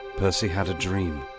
percy had a dream.